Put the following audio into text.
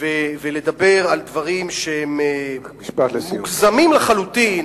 ובלי לדבר על דברים שהם מוגזמים לחלוטין,